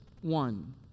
one